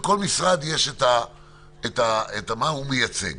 לכל משרד יש את מה שהוא מייצג